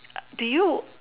uh do you